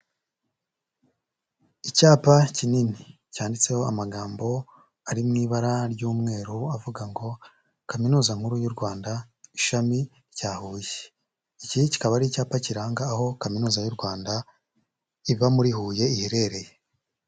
Icyapa kinini cyanditseho amagambo ari mu ibara ry'umweru avuga ngo kaminuza nkuru y'u Rwanda, ishami rya Huye. Iki kikaba ari icyapa kiranga aho Kaminuza y'u Rwanda iba muri Huye iherereye.